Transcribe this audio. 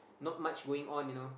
not much going on you know